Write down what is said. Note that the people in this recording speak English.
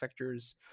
vectors